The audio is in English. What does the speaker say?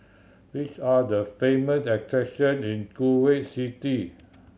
which are the famous attraction in Kuwait City